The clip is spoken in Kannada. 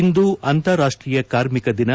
ಇಂದು ಅಂತಾರಾಷ್ಷೀಯ ಕಾರ್ಮಿಕ ದಿನ